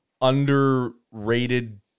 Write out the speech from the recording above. underrated